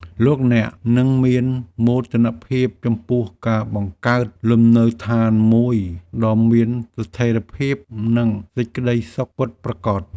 លោកអ្នកនឹងមានមោទនភាពចំពោះការបង្កើតលំនៅឋានមួយដ៏មានស្ថិរភាពនិងសេចក្ដីសុខពិតប្រាកដ។